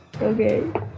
Okay